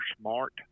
smart